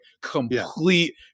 complete